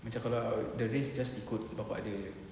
macam kalau the race just ikut bapa dia